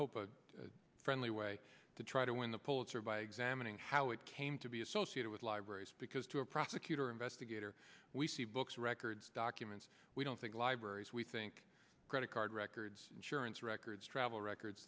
hope a friendly way to try to win the pulitzer by examining how it came to be associated with libraries because to a prosecutor investigator we see books records documents we don't think libraries we think credit card records insurance records travel records